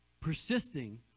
persisting